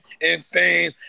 insane